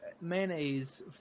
mayonnaise